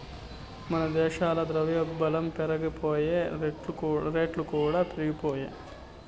మన దేశంల ద్రవ్యోల్బనం పెరిగిపాయె, రేట్లుకూడా పెరిగిపాయె